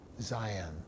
Zion